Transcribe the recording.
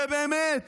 ובאמת